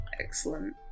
Excellent